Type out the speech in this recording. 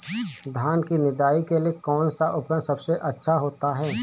धान की निदाई के लिए कौन सा उपकरण सबसे अच्छा होता है?